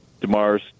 Demar's